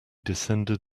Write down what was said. descended